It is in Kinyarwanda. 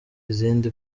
izindi